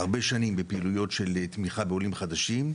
הרבה שנים בפעילויות של קליטה בעולים חדשים.